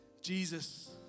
Jesus